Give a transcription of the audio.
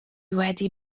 wedi